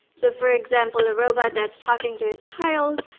so for example, a robot that's talking to a child